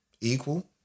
Equal